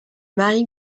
marie